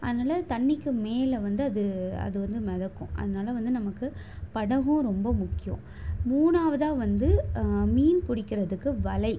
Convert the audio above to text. அதனால் தண்ணிக்கு மேலே வந்து அது அது வந்து மிதக்கும் அதனால் வந்து நமக்கு படகும் ரொம்ப முக்கியம் மூணாவதாக வந்து மீன் பிடிக்கிறதுக்கு வலை